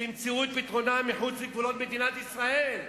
שהיא תמצא את פתרונה מחוץ לגבולות מדינת ישראל.